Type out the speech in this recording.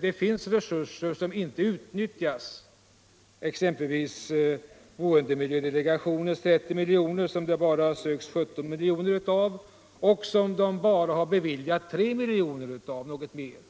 Det finns resurser som inte utnyttjas, exempelvis boendemiljödelegationens 30 miljoner, av vilka endast 17 miljoner har sökts och bara något över 3 miljoner beviljats